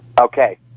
okay